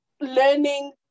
learning